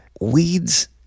weeds